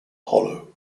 hollow